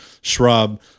shrub